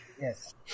Yes